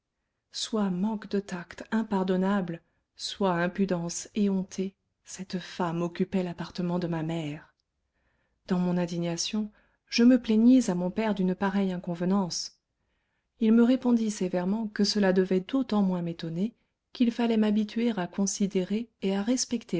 soit manque de tact impardonnable soit impudence éhontée cette femme occupait l'appartement de ma mère dans mon indignation je me plaignis à mon père d'une pareille inconvenance il me répondit sévèrement que cela devait d'autant moins m'étonner qu'il fallait m'habituer à considérer et à respecter